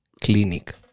clinic